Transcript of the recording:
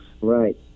right